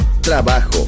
trabajo